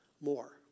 more